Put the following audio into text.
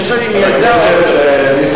אני שואל אם היא ילדה או לא ילדה.